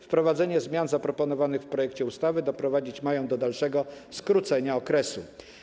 Wprowadzenie zmian zaproponowanych w projekcie ustawy doprowadzić ma do dalszego skrócenia tego okresu.